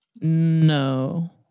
No